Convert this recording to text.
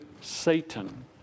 Satan